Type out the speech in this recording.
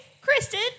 Kristen